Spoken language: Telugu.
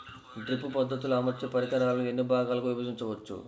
డ్రిప్ పద్ధతిలో అమర్చే పరికరాలను ఎన్ని భాగాలుగా విభజించవచ్చు?